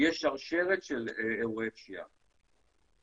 יש שרשרת של אירועי פשיעה.